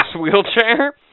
wheelchair